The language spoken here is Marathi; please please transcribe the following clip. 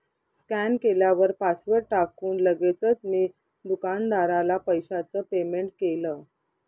स्कॅन केल्यावर पासवर्ड टाकून लगेचच मी दुकानदाराला पैशाचं पेमेंट केलं